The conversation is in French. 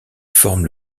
forme